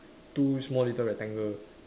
two small little rectangle